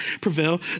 prevail